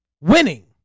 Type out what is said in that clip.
winning